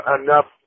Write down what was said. enough